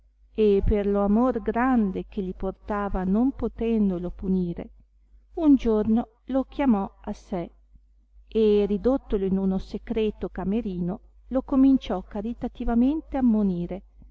e per lo amor grande che li portava non potendolo punire un giorno lo chiamò a sé e ridottolo in uno secreto camerino lo cominciò caritativamente ammonire